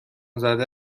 زده